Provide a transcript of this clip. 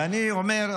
ואני אומר,